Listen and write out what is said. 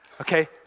okay